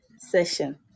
session